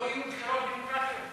-- זה להקים מדינה דו-לאומית.